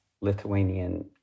Lithuanian